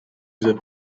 dieser